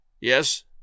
Yes